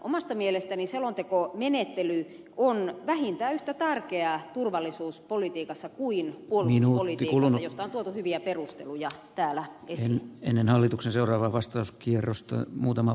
omasta mielestäni selontekomenettely on vähintään yhtä tärkeä turvallisuuspolitiikassa kuin puolustuspolitiikassa josta on tuotu hyviä perusteluja täällä ei se ennen hallituksen seuraava vastaus kierrosta esiin